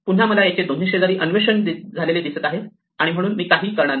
पुन्हा मला याचे दोन्ही शेजारी अन्वेषण झालेले दिसत आहेत आणि म्हणून मी काहीही करणार नाही